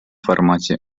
формате